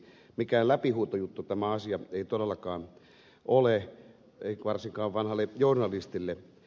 mikään läpihuutojuttu tämä asia ei todellakaan ole varsinkaan vanhalle journalistille